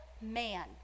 man